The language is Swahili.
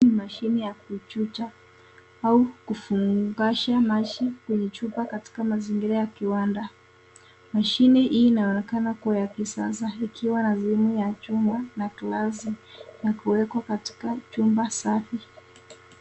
Mashine ya kuchuja au kufungasha maji kwenye chupa katika mazingira ya kiwanda . Mashine hii inaonekana kuwa ya kisasa ikiwa na sehemu ya chuma na glasi na kuwekwa katika chumbaa safi.